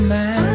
man